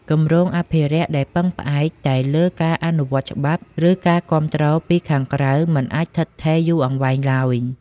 គម្រោងអភិរក្សដែលពឹងផ្អែកតែលើការអនុវត្តច្បាប់ ឬការគាំទ្រពីខាងក្រៅ មិនអាចឋិតឋេរយូរអង្វែងឡើយ។